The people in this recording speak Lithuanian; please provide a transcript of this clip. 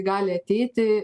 gali ateiti